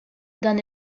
dan